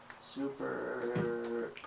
super